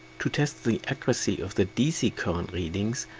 to test the accuracy of the dc current readings,